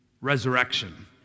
Resurrection